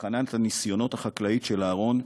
לתחנה לניסיונות חקלאיים של אהרן,